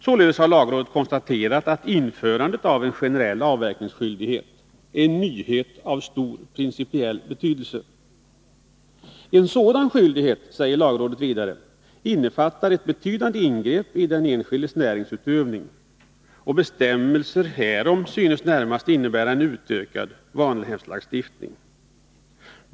Således har lagrådet konstaterat att införandet av en generell avverkningsskyldighet är en nyhet av stor principiell betydelse. En sådan skyldighet, säger lagrådet vidare, innefattar ett betydande ingrepp i den enskildes näringsutövning, och bestämmelser härom synes närmast innebära en utökad vanhävdslagstiftning.